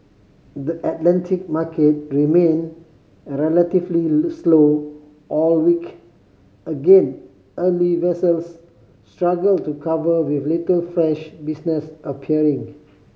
the Atlantic market remained relatively slow all week again early vessels struggled to cover with little fresh business appearing